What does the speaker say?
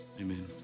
amen